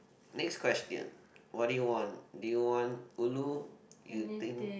next question what do you want do you want ulu you think